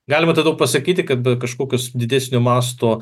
galima tada pasakyti kad kažkokios didesnio masto